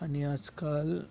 आणि आजकाल